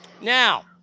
Now